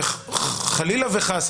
וחלילה וחס,